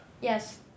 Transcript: Yes